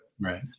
Right